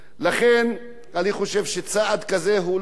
אני חושב שצעד כזה הוא לא רק אנטי-חברתי,